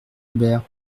aubert